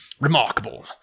remarkable